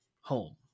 home